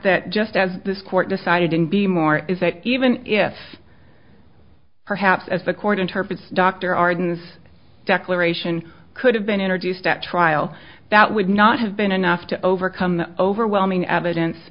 that just as this court decided in be more is that even if perhaps as the court interprets dr arden's declaration could have been introduced at trial that would not have been enough to overcome the overwhelming evidence